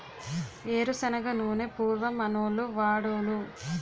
ఏరు శనగ నూనె పూర్వం మనోళ్లు వాడోలు